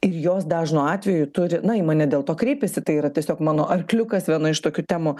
ir jos dažnu atveju turi na į mane dėl to kreipiasi tai yra tiesiog mano arkliukas viena iš tokių temų